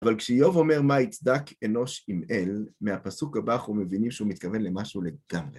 אבל כשאיוב אומר מה יצדק אנוש עם אל, מהפסוק הבא אנחנו מבינים שהוא מתכוון למשהו לגמרי.